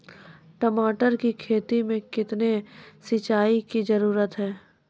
टमाटर की खेती मे कितने सिंचाई की जरूरत हैं?